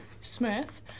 Smith